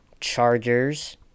Chargers